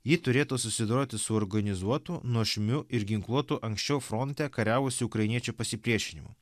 ji turėtų susidoroti su organizuotu nuožmiu ir ginkluotu anksčiau fronte kariavusiu ukrainiečių pasipriešinimu